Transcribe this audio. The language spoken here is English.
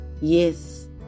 Yes